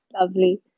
Lovely